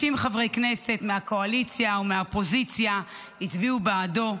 90 חברי כנסת מהקואליציה ומהאופוזיציה הצביעו בעדו,